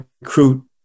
recruit